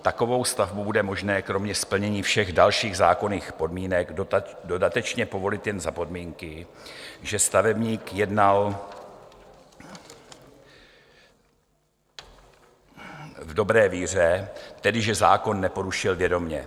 Takovou stavbu bude možné kromě splnění všech dalších zákonných podmínek dodatečně povolit jen za podmínky, že stavebník jednal v dobré víře, tedy že zákon neporušil vědomě.